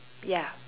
ya